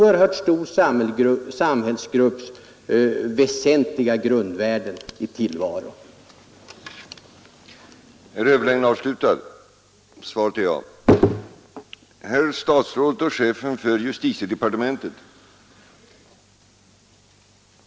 En stor samhällsgrupps väsentliga grundvärden i tillvaron bör statsrådet känna till.